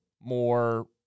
more